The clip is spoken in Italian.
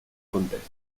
contesto